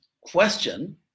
question